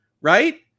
Right